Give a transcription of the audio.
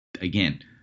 again